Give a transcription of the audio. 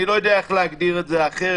אני לא יודע איך להגדיר את זה אחרת.